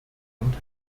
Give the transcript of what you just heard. und